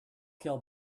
kill